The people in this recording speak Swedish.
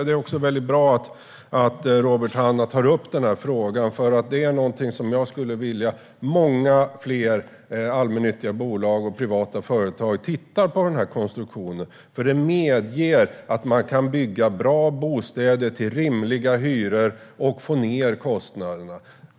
Det är bra att Robert Hannah tar upp den här frågan, för jag skulle vilja att många fler allmännyttiga bolag och privata företag tittar på den här konstruktionen. Den medger att man kan bygga bra bostäder till rimliga hyror och få ned kostnaderna.